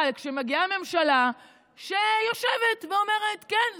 אבל מגיעה ממשלה שיושבת ואומרת: כן,